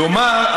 כלומר,